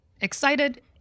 excited